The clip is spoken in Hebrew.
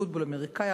פוטבול אמריקני,